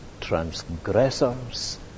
transgressors